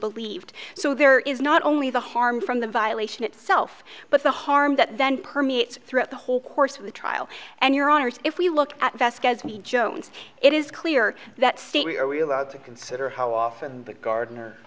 believed so there is not only the harm from the violation itself but the harm that then permeates throughout the whole course of the trial and your honour's if we look at vasquez he jones it is clear that state we are we allowed to consider how often the gardener